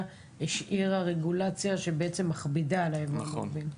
היא השאירה רגולציה שמכבידה על היבואנים המקבילים.